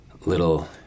little